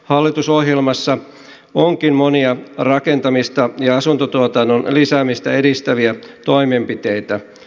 hallitusohjelmassa onkin monia rakentamista ja asuntotuotannon lisäämistä edistäviä toimenpiteitä